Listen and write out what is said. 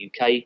UK